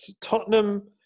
Tottenham